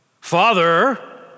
Father